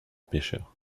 pécheurs